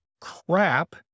crap